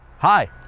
Hi